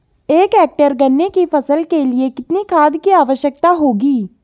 एक हेक्टेयर गन्ने की फसल के लिए कितनी खाद की आवश्यकता होगी?